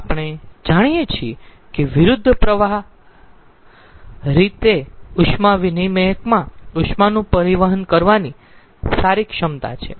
આપણે જાણીયે છીએ કે વિરુદ્ધ પ્રવાહ રીતે ઉષ્મા વિનીમયકમાં ઉષ્માનું પરિવહન કરવાની સારી ક્ષમતા છે